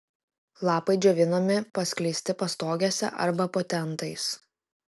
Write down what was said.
lapai džiovinami paskleisti pastogėse arba po tentais